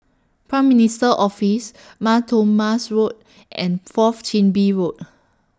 Prime Minister's Office Mar Thoma's Road and Fourth Chin Bee Road